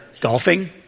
golfing